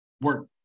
work